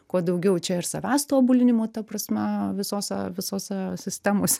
kuo daugiau čia ir savęs tobulinimo ta prasme visose visose sistemose